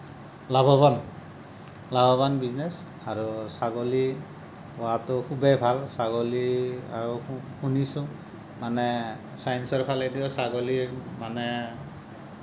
লাভৱান লাভৱান বিজনেছ আৰু ছাগলী পোহাটো খুবেই ভাল ছাগলী আৰু শুনিছোঁ মানে চাইঞ্চৰ ফালেদিও ছাগলীৰ মানে